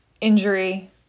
Injury